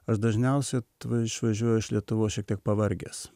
aš dažniausia išvažiuoju iš lietuvos šiek tiek pavargęs